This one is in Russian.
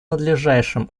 надлежащим